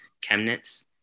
Chemnitz